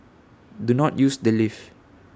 do not use the lift